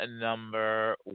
number